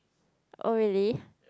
oh really